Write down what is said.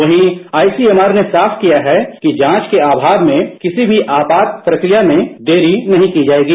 वहीं आईसीएमआर ने साफ किया है कि जांच के आमाव में आपात प्रक्रिया में देरी नहीं की जाएगी